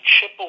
chip